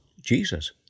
Jesus